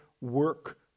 work